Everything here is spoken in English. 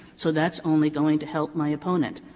so that's only going to help my opponent.